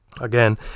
Again